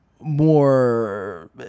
more